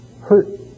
hurt